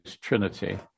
trinity